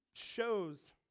shows